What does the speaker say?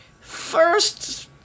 first